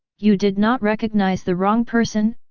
you did not recognize the wrong person,